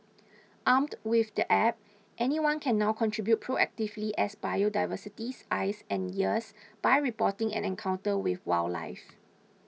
armed with the app anyone can now contribute proactively as biodiversity's eyes and ears by reporting an encounter with wildlife